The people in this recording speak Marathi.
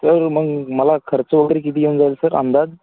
सर मग मला खर्च वगैरे किती येऊन जाईल सर अंदाज